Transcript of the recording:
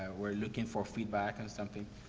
we're looking for feedback on something,